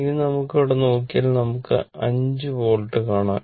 ഇനി ഇവിടെ നോക്കിയാൽ നമുക്ക് 5 വോൾട്ട് കാണാം